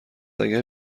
اگر